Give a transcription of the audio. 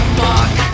fuck